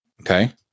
okay